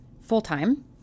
full-time